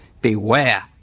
Beware